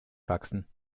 wachsen